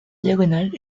diagonale